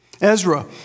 Ezra